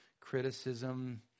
criticism